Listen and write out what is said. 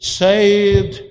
saved